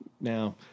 Now